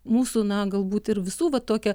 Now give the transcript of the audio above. mūsų na galbūt ir visų vat tokia